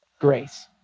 grace